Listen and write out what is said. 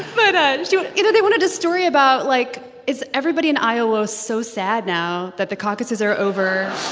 but, you know, they wanted a story about, like, is everybody in iowa so sad now that the caucuses are over.